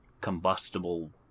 combustible